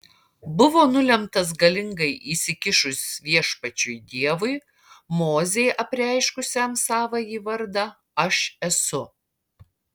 buvo nulemtas galingai įsikišus viešpačiui dievui mozei apreiškusiam savąjį vardą aš esu